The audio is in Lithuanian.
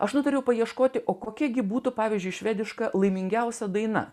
aš nutariau paieškoti o kokie gi būtų pavyzdžiui švediška laimingiausia daina